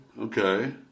Okay